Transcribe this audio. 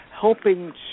helping